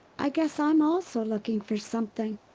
i guess i'm also looking for something.